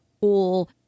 cool